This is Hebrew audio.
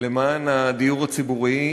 למען הדיור הציבורי.